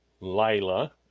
Lila